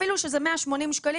אפילו שזה 180 שקלים.